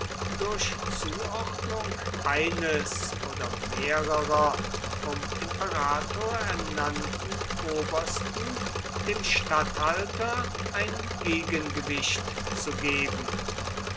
durch zuordnung eines oder mehrerer vom imperator ernannten obersten dem statthalter ein gegengewicht zu geben